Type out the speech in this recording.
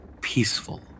peaceful